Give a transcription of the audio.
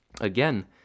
again